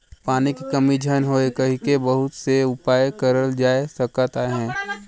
पानी के कमी झन होए कहिके बहुत से उपाय करल जाए सकत अहे